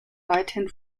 weithin